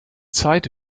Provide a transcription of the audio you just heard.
zeit